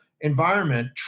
environment